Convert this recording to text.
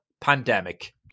pandemic